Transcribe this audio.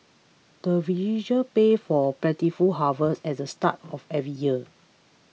the villagers pay for plentiful harvest as the start of every year